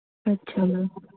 ਅੱਛਾ ਮੈਮ